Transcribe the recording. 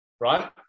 right